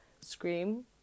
Scream